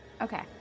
Okay